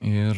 ir